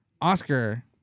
Oscar